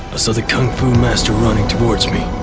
so the kung fu master running towards me.